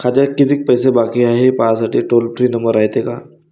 खात्यात कितीक पैसे बाकी हाय, हे पाहासाठी टोल फ्री नंबर रायते का?